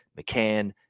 mccann